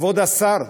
כבוד השר,